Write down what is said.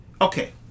okay